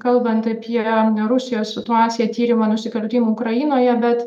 kalbant apie rusijos situaciją tyrimą nusikaltimų ukrainoje bet